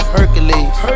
Hercules